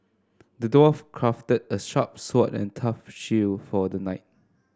the dwarf crafted a sharp sword and a tough shield for the knight